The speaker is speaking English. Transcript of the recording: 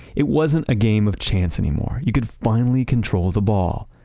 it wasn't a game of chance anymore. you could finally control the ball.